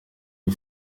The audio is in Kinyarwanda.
iyo